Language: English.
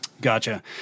Gotcha